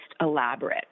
elaborate